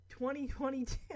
2022